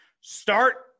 Start